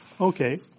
Okay